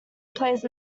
plays